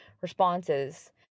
responses